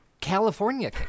California